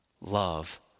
love